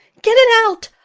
get it out.